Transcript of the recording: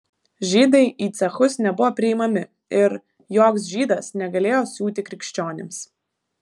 žydai į cechus nebuvo priimami ir joks žydas negalėjo siūti krikščionims